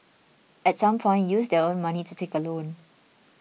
at some point use their own money to take a loan